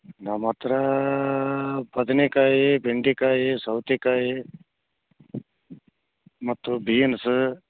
ನಮ್ಮತ್ರ ಬದನೆಕಾಯಿ ಬೆಂಡೆಕಾಯಿ ಸೌತೆಕಾಯಿ ಮತ್ತು ಬೀನ್ಸ್